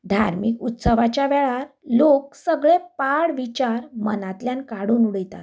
धार्मीक उत्सवाच्या वेळार लोक सगळे पाड विचार मनांतल्यान काडून उडयतात